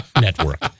network